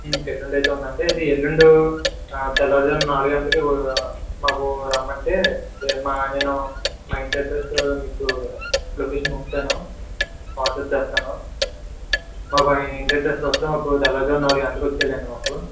ఎల్లుండి అయితే ఉంది అండి అదే ఎల్లుండి తెల్లవారుజామున నాలుగు గంటలకి మాకు రమ్మంటే మా నేను మా ఇంటి అడ్రస్ మీకు లొకేషన్ పంపుతాను వాట్సాప్ చేస్తాను మాకు అవి ఏంటంటే తెల్లవారు జామున నాలుగు గంటలకు వచ్చేయాలి అండి మాకు